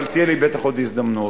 אבל תהיה לי בטח עוד הזדמנות.